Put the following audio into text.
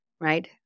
right